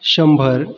शंभर